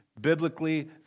biblically